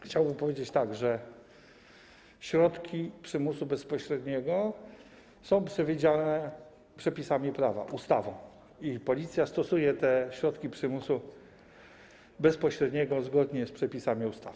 Chciałbym powiedzieć tak: Środki przymusu bezpośredniego są przewidziane przepisami prawa, ustawą i policja stosuje te środki przymusu bezpośredniego zgodnie z przepisami ustawy.